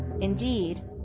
Indeed